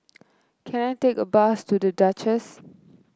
can I take a bus to The Duchess